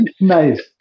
Nice